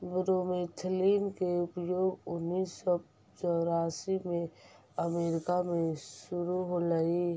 bromethalin के उपयोग उन्नीस सौ चौरासी में अमेरिका में शुरु होलई